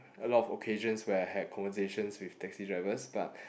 a lot of occasions where I had conversations with taxi drivers but